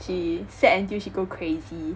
she sad until she go crazy